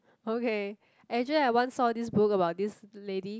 okay actually I once saw this book about this lady